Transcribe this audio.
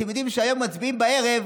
אתם יודעים שהיום מצביעים בערב,